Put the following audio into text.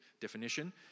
definition